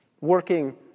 Working